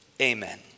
Amen